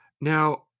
Now